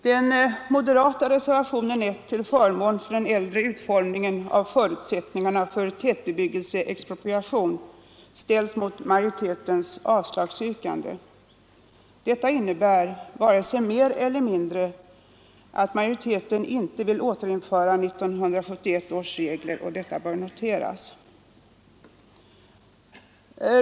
Den moderata reservationen 1 till förmån för den äldre utformningen av förutsättningarna för tätbebyggelseexpropriation ställs mot majoritetens avslagsyrkande. Detta innebär varken mer eller mindre än att majoriteten inte vill återinföra 1971 års regler. Detta bör noteras.